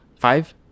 five